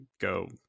go